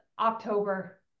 october